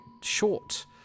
short